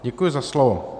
Děkuji za slovo.